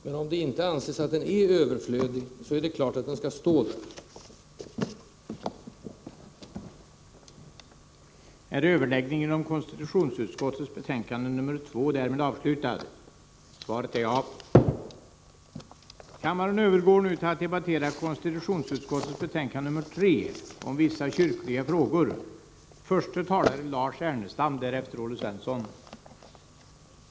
Men om det finns en annan uppfattning bör det naturligtvis finnas sådana föreskrifter och det är ju i själva verket dem jag åberopat.